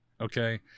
Okay